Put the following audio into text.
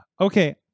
Okay